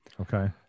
Okay